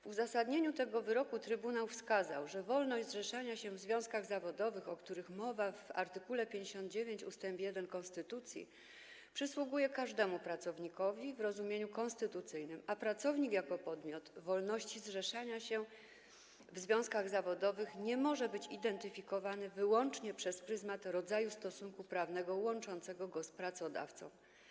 W uzasadnieniu tego wyroku trybunał wskazał, że wolność zrzeszania się w związkach zawodowych, o której mowa w art. 59 ust. 1 konstytucji, przysługuje każdemu pracownikowi w rozumieniu konstytucyjnym, a pracownik jako podmiot wolności zrzeszania się w związkach zawodowych nie może być identyfikowany wyłącznie przez pryzmat rodzaju stosunku prawnego łączącego go z pracodawcą.